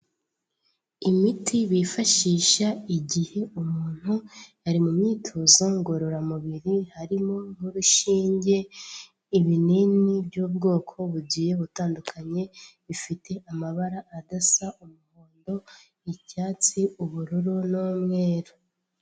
Imiti bifashisha igihe umuntu ari mu myitozo ngororamubiri, harimo nk'urushinge, ibinini by'ubwoko bugiye butandukanye, bifite amabara adasa, umuhondo, icyatsi, ubururu n'umweru.